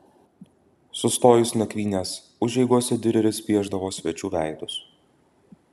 sustojus nakvynės užeigose diureris piešdavo svečių veidus